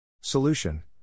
Solution